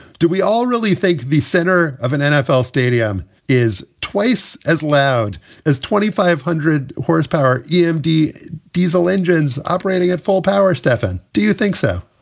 do we all really think the center of an nfl stadium is twice as loud as twenty five hundred horsepower yeah mmd diesel engines operating at full power? stefan, do you think so?